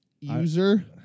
user